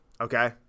Okay